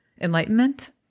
enlightenment